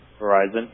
Verizon